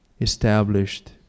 established